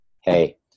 hey